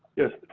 yes,